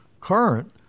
current